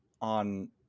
on